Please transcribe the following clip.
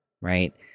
Right